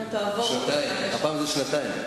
הפעם זה שנתיים.